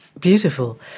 Beautiful